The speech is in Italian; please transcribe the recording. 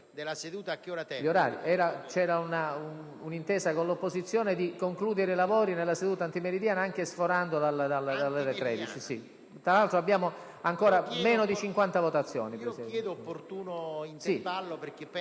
C'era un'intesa con l'opposizione per concludere i lavori nella seduta antimeridiana, anche sforando l'orario delle ore 13. Abbiamo meno di 50 votazioni